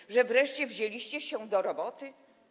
Tym, że wreszcie wzięliście się do roboty?